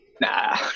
Nah